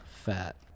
fat